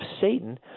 Satan